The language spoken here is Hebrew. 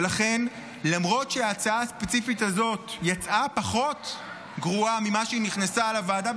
ולכן למרות שההצעה הספציפית הזאת יצאה פחות גרועה משנכנסה לוועדה,